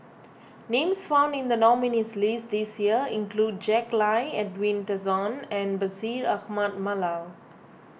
names found in the nominees' list this year include Jack Lai Edwin Tessensohn and Bashir Ahmad Mallal